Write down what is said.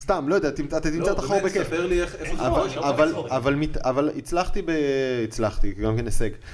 סתם לא יודע תמצא תמצא ת'חור בכיף אבל אבל אבל אבל אבל אבל הצלחתי ב.. הצלחתי גם כן הישג